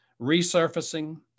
resurfacing